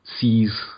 sees